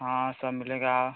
हाँ सब मिलेगा